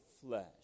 flesh